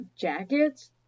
jackets